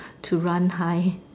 to run high